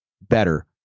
better